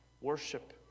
worship